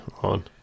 on